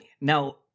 Now